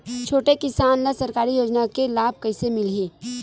छोटे किसान ला सरकारी योजना के लाभ कइसे मिलही?